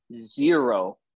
zero